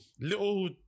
little